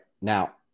Now